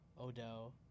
Odell